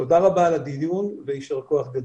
תודה רבה על הדיון ויישר כוח גדול.